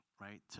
right